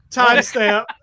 timestamp